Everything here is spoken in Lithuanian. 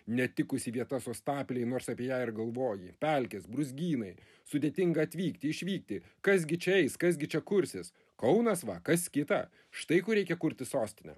netikusi vieta sostapilei nors apie ją ir galvoji pelkės brūzgynai sudėtinga atvykti išvykti kas gi čia eis kas gi čia kursis kaunas va kas kita štai kur reikia kurti sostinę